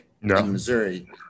Missouri